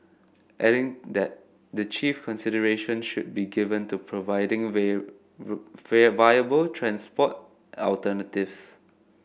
adding that the chief consideration should be given to providing will would where viable transport alternatives